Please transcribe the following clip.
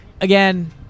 Again